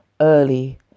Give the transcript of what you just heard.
early